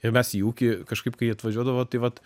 ir mes į ūkį kažkaip kai atvažiuodavo tai vat